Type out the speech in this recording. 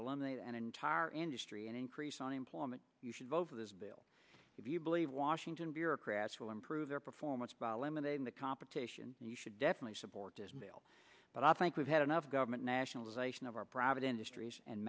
eliminate an entire industry and increase unemployment you should vote for this bill if you believe washington bureaucrats will improve their performance by eliminating the competition and you should definitely support this bill but i think we've had enough government nationalization of our private industries and